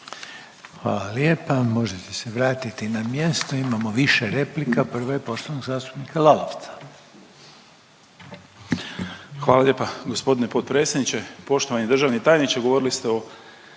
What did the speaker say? Hvala lijepa. Možete se vratiti na mjesto. Imamo više replika. Prva je poštovanog zastupnika Lalovca. **Lalovac, Boris (SDP)** Hvala lijepa g. potpredsjedniče. Poštovani državni tajniče. Govorili ste o